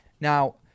Now